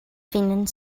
finland